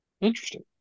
Interesting